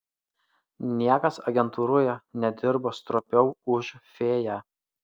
niekas agentūroje nedirbo stropiau už fėją